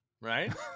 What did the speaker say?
right